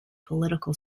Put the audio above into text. political